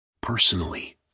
Personally